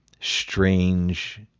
strange